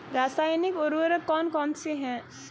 रासायनिक उर्वरक कौन कौनसे हैं?